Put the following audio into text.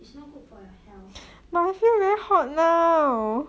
it's no good for your health